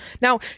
Now